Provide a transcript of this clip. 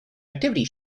activity